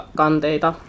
kanteita